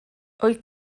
wyt